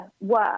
work